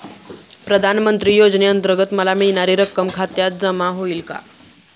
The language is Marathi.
प्रधानमंत्री योजनेअंतर्गत मला मिळणारी रक्कम खात्यात जमा होईल का?